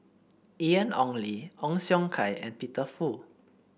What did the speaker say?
Ian Ong Li Ong Siong Kai and Peter Fu